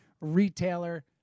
retailer